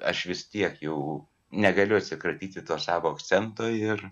aš vis tiek jau negaliu atsikratyti to savo akcento ir